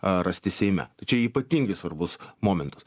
a rasti seime tačiau ypatingai svarbus momentas